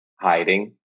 hiding